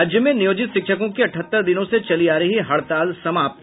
राज्य में नियोजित शिक्षकों की अठहत्तर दिनों से चली आ रही हड़ताल समाप्त